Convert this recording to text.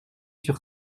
sur